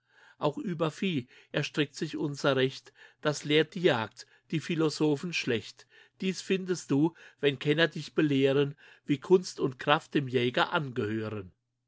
auch über vieh erstreckt sich unser recht das lehrt die jagd die philosophen schlecht dies findest du wenn kenner dich belehren wie kunst und kraft dem jäger angehören